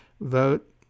vote